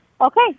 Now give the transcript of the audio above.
Okay